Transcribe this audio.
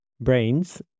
brains